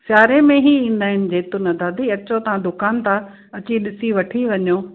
सियारे में ई ईंदा आहिनि जैतून दादी अचो तव्हां दुकान था अची ॾिसी वठी वञो